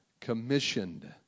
commissioned